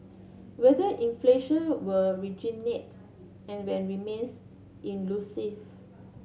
whether inflation will reignite and when remains elusive